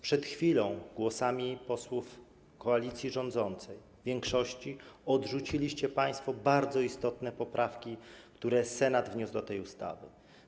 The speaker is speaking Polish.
Przed chwilą głosami posłów koalicji rządzącej, większości odrzuciliście państwo bardzo istotne poprawki, które Senat wniósł do tej ustawy.